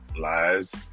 lies